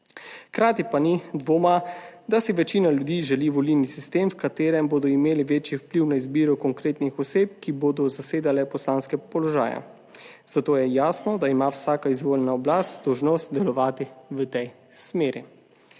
Hkrati pa ni dvoma, da si večina ljudi želi volilni sistem, v katerem bodo imeli večji vpliv na izbiro konkretnih oseb, ki bodo zasedale poslanske položaje, zato je jasno, da ima vsaka izvoljena oblast dolžnost delovati v tej smeri.